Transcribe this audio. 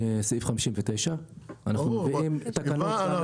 סעיף 59. אנחנו מביאים תקנות --- ל-58.